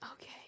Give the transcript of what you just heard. Okay